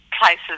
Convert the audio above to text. places